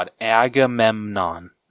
Agamemnon